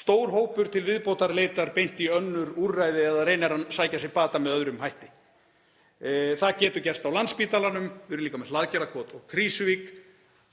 Stór hópur til viðbótar leitar beint í önnur úrræði eða reynir að sækja sér bata með öðrum hætti. Það getur gerst á Landspítalanum, við erum líka með Hlaðgerðarkot og Krýsuvík.